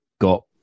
got